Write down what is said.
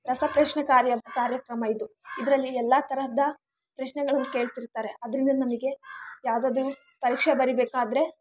ರಸಪ್ರಶ್ನೆ ಕಾರ್ಯ ಕಾರ್ಯಕ್ರಮ ಇದು ಇದರಲ್ಲಿ ಎಲ್ಲ ತರಹದ ಪ್ರಶ್ನೆಗಳನ್ನು ಕೇಳ್ತಿರ್ತಾರೆ ಅದರಿಂದ ನಮಗೆ ಯಾವುದಾದ್ರು ಪರೀಕ್ಷೆ ಬರಿಬೇಕಾದರೆ